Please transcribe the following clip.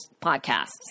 podcasts